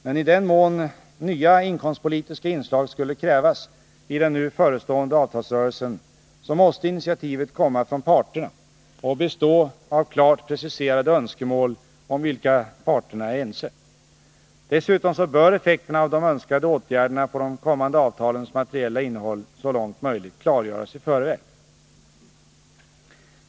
Meni den mån nya inkomstpolitiska inslag skulle krävas i den nu förestående avtalsrörelsen måste initiativet komma från parterna och bestå av klart preciserade önskemål, om vilka parterna är ense. Dessutom bör effekterna av de önskade åtgärderna på de kommande avtalens materiella innehåll så långt möjligt klargöras i förväg.